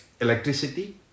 electricity